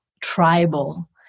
tribal